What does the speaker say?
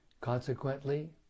Consequently